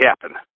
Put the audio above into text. happen